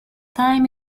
time